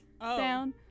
down